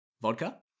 vodka